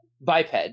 biped